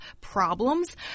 problems